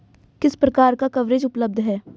किस प्रकार का कवरेज उपलब्ध है?